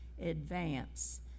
advance